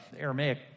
Aramaic